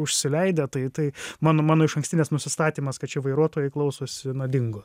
užsileidę tai tai mano mano išankstinis nusistatymas kad čia vairuotojai klausosi na dingo